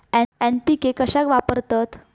NPK कशाक वापरतत?